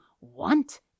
want